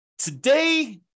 Today